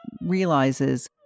realizes